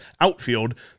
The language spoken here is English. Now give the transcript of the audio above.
outfield